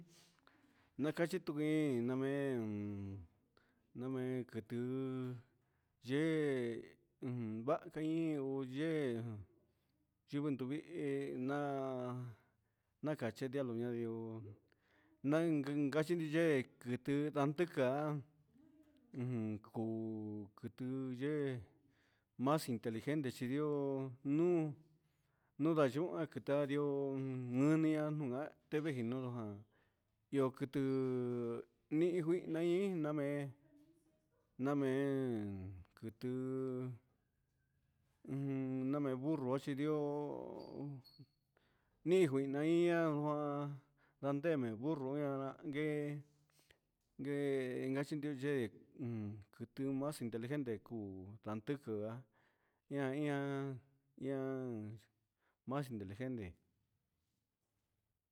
Na cachi tuqui namee quiti yee ujun vaha yundu nduvihi naa nachi dialogo nain yee siqui ujun yee mas inteligente chi yoo nuun nda yuhu quita ndioo miniu teve ji nuun iyo quiti nihin juihna nian na mee na mee ni qui nani mee burru ndaxi ndioo ni juihna ian gua ra ndehe mee burru gue guee gachi ndee mas inteligente cuu sandɨquɨ ña ña ian ian mas inteligente